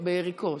וגם ביריקות.